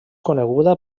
coneguda